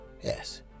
Yes